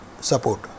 support